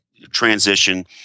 transition